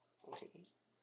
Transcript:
okay